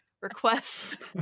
request